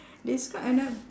describe a noun